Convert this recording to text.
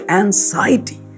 anxiety